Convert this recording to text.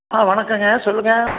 ஆ வணக்கம்ங்க சொல்லுங்கள்